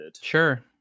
sure